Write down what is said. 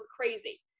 crazy